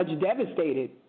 devastated